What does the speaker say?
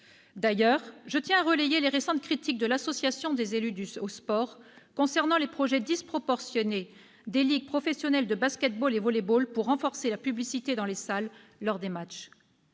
D'ailleurs, je tiens à relayer les récentes critiques de cette association concernant les projets disproportionnés des ligues professionnelles de basket-ball et volley-ball pour renforcer la publicité dans les salles lors des matchs.